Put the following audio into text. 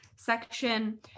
section